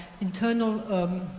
internal